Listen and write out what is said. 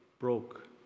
broke